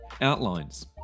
outlines